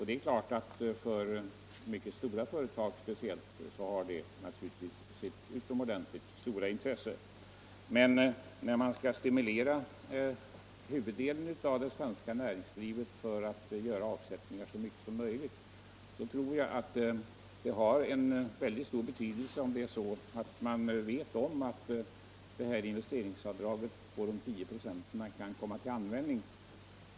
Det är klart att speciellt för mycket stora företag har det utomordentligt stort intresse. Men när huvuddelen av det svenska näringslivet skall stimuleras att göra så mycket avsättningar som möjligt tror jag att det har stor betydelse om man vet att investeringsavdraget på 10 96 kan komma till användning.